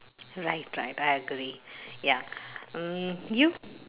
right right I agree ya mm you